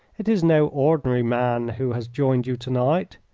it is no ordinary man who has joined you to-night,